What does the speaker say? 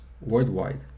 worldwide